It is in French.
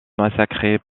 massacrés